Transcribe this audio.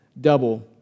double